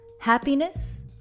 happiness